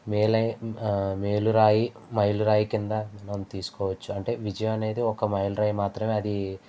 మేలు మేలురాయి మైలురాయి కింద మనం తీసుకోవచ్చు అంటే విజయం అనేది ఒక మైలురాయి మాత్రమే అది